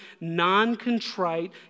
non-contrite